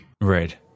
Right